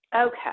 Okay